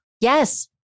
Yes